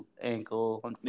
ankle